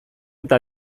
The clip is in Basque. eta